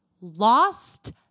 lost